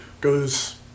goes